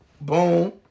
Boom